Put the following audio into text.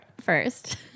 first